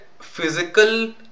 physical